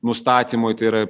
nustatymui tai yra